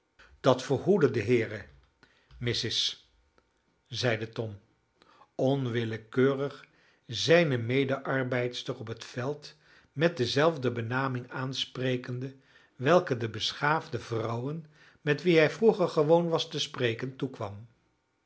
dat verhoede de heere missis zeide tom onwillekeurig zijne medearbeidster op het veld met dezelfde benaming aansprekende welke de beschaafde vrouwen met wie hij vroeger gewoon was te spreken toekwam